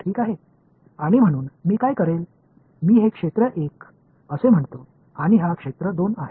आणि म्हणून मी काय करेल मी हे क्षेत्र 1 असे म्हणतो आणि हा क्षेत्र 2 आहे